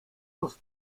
los